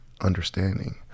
understanding